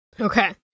Okay